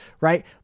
Right